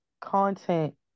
content